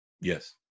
Yes